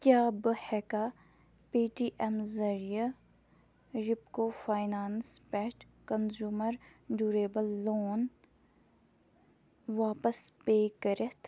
کیٛاہ بہٕ ہٮ۪کا پے ٹی اٮ۪م ذٔریہِ رِپکو فاینانٕس پٮ۪ٹھ کَنزیوٗمَر ڈیوٗریبٕل لون واپَس پے کٔرِتھ